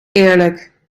eerlijk